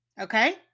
Okay